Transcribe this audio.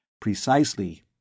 Precisely